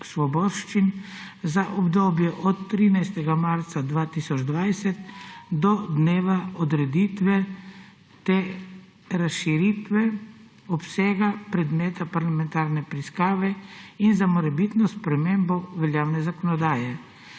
za obdobje od 13. marca 2020 do dneva odreditve razširitve obsega predmetne parlamentarne preiskave in za morebitno spremembo veljavne zakonodaje,